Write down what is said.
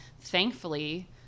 thankfully